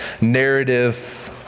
narrative